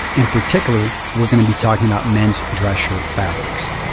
in particular, weire going to be talking about menis dress shirt fabrics.